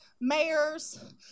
mayors